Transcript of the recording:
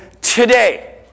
today